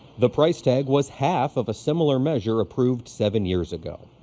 the price tag was half of a similar measure approved seven years ago.